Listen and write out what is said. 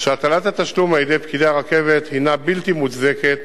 שהטלת התשלום על-ידי פקידי הרכבת הינה בלתי מוצדקת